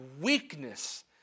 weakness